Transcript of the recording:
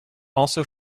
also